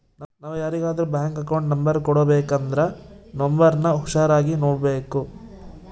ನಾವು ಯಾರಿಗಾದ್ರೂ bank account number ಕೊಡಬೇಕಂದ್ರ ನೋಂಬರ್ನ ಹುಷಾರಾಗಿ ನೋಡ್ಬೇಕು